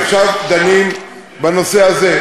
עכשיו דנים בנושא הזה.